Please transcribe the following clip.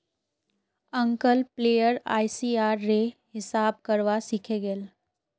uncle player ICR रे हिसाब करवा सीखे गेल